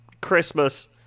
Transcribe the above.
Christmas